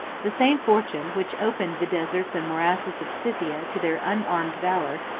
the same fortune, which opened the deserts and morasses of scythia to their unarmed valor,